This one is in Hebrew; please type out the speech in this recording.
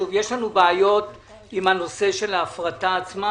יש לנו בעיות עם הנושא של ההפרטה עצמה,